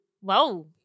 Wow